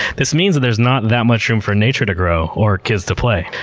this means that there's not that much room for nature to grow or kids to play.